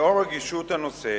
לאור רגישות הנושא